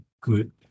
good